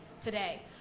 today